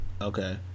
Okay